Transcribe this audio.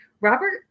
Robert